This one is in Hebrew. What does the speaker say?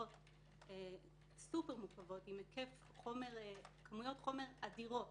סופר מורכבות עם כמויות חומר אדירות